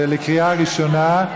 בקריאה ראשונה.